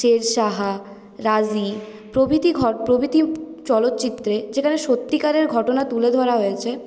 শের শাহ রাজী প্রভৃতি প্রভৃতি চলচ্চিত্রে যেখানে সত্যিকারের ঘটনা তুলে ধরা হয়েছে